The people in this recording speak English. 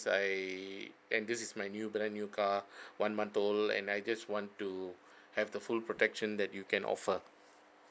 I and this is my new brand new car one month old and I just want to have the full protection that you can offer